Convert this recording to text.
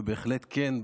ובהחלט כן,